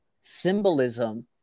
symbolism